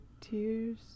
tears